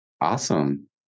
awesome